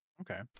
Okay